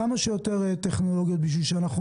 כמה שיותר טכנולוגיות בשביל שאנחנו